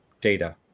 data